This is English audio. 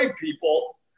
people